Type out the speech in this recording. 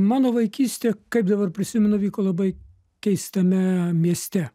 mano vaikystė kaip dabar prisimenu vyko labai keistame mieste